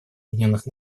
объединенных